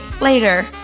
Later